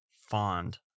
fond